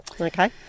Okay